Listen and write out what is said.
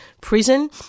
prison